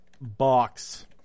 box